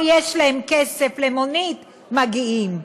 או יש להם כסף למונית, מגיעים?